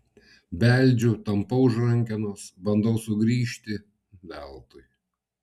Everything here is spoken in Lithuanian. beldžiu tampau už rankenos bandau sugrįžti veltui